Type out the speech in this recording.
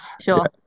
Sure